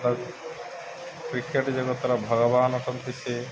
cricket ଜଗତର ଭଗବାନ ଅଟନ୍ତି ସେ